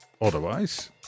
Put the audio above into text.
Otherwise